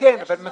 לא